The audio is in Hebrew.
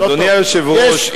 אדוני היושב-ראש,